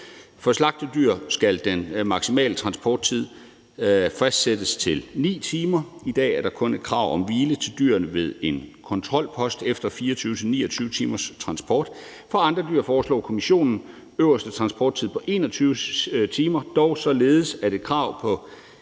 For slagtedyr skal den maksimale transporttid fastsættes til 9 timer. I dag er der kun et krav om hvile til dyrene ved en kontrolpost efter 24-29 timers transport. For andre dyr foreslår Kommissionen en øverste transporttid på 21 timer, dog således, at der er et